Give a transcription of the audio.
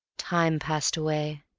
time passed away.